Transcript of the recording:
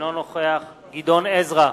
אינו נוכח גדעון עזרא,